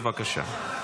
בבקשה.